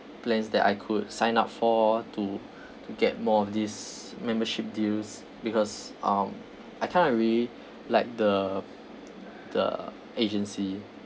plans that I could sign up for to to get more of this membership deals because um I kind of really like the the agency